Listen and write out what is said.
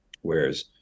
Whereas